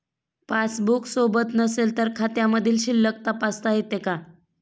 Passbook सोबत नसेल तर खात्यामधील शिल्लक तपासता येते का?